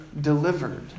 delivered